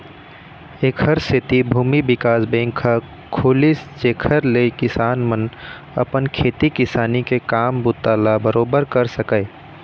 ऐखर सेती भूमि बिकास बेंक ह खुलिस जेखर ले किसान मन अपन खेती किसानी के काम बूता ल बरोबर कर सकय